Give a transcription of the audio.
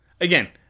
Again